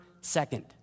second